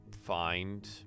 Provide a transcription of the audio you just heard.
find